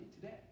today